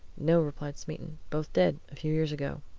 no, replied smeaton. both dead a few years ago.